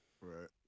Right